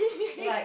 like